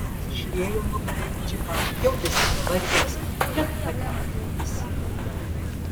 atsišliejo nugara į džipą jautėsi pavargęs bet patenkintas